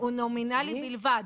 הוא נומינלי בלבד.